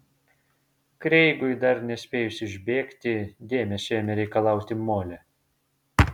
kreigui dar nespėjus išbėgti dėmesio ėmė reikalauti molė